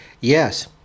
Yes